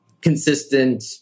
consistent